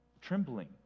trembling